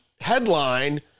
headline